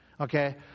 Okay